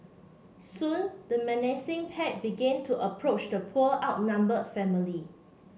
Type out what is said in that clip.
soon the menacing pack began to approach the poor outnumbered family